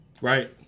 Right